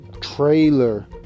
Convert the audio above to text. trailer